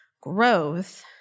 growth